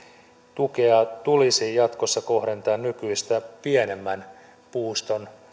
tukea tulisi jatkossa kohdentaa nykyistä pienemmän puuston